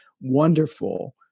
wonderful